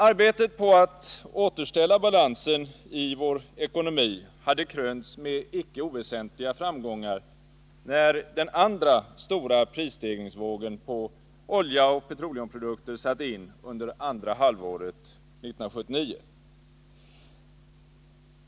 Arbetet på att återställa balansen i vår ekonomi hade krönts med inte oväsentliga framgångar, när den andra stora prisstegringsvågen på olja och petroleumprodukter satte in under andra halvåret 1979.